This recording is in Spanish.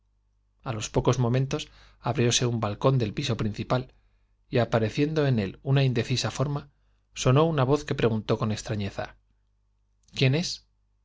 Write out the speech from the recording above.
a los pocos momentos abrióse un balcón del piso principal y apareciendo en él una indecisa forma sonó una voz que preguntó con extrafieza quién es